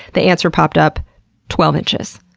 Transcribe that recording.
the answer popped up twelve inches.